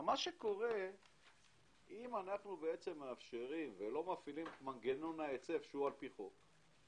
אם אנחנו לא מפעילים את מנגנון ההיצף שהוא על פי חוק,